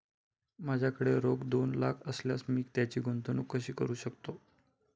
माझ्याकडे रोख दोन लाख असल्यास मी त्याची गुंतवणूक कशी करू शकतो?